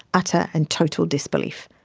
utter and total disbelief,